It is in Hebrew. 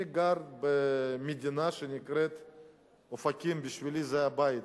ואני גר במדינה שנקראת אופקים, ובשבילי זה הבית,